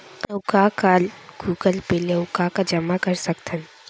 अऊ का का गूगल पे ले अऊ का का जामा कर सकथन?